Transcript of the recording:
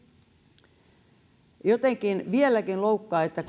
mutta se jotenkin vieläkin loukkaa että